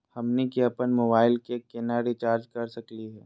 हमनी के अपन मोबाइल के केना रिचार्ज कर सकली हे?